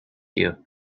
you